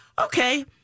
Okay